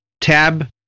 Tab